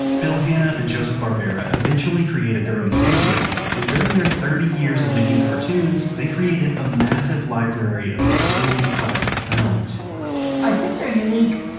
bill hanna and joseph barbara eventually created their own studio. and during their thirty years of making cartoons, they created a massive library of totally classic sounds i think they're unique,